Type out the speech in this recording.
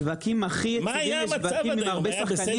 שווקים הכי יציבים הם שווקים עם הרבה שחקנים.